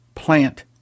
plant